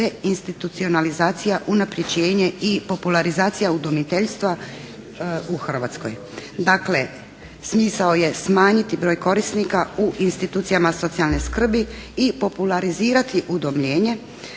deinstitucionalizacija, unapređenje i popularizacija udomiteljstva u Hrvatskoj. Dakle, smisao je smanjiti broj korisnika u institucijama socijalne skrbi i popularizirati udomljenje,